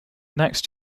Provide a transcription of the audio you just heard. next